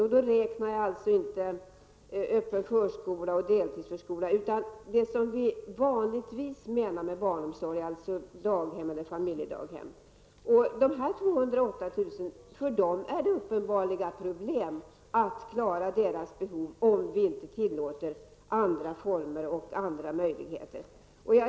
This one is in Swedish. Och då räknar jag alltså in den öppna förskolan och deltidsförskolan i barnomsorgen utan det som vi vanligtvis menar med barnomsorg, alltså daghem eller familjedaghem. Och det innebär uppenbara problem att klara dessa 208 000 barns behov om vi inte tillåter andra former och andra möjligheter.